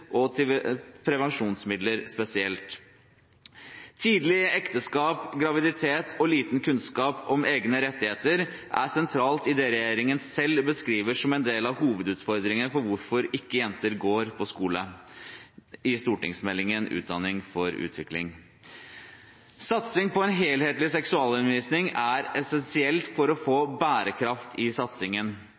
og til prevensjonsmidler spesielt. Tidlige ekteskap, graviditet og liten kunnskap om egne rettigheter er sentralt i det regjeringen selv beskriver som en del av hovedutfordringen med hvorfor jenter ikke går på skole, i stortingsmeldingen «Utdanning for utvikling». Satsing på en helhetlig seksualundervisning er essensielt for å få bærekraft i satsingen.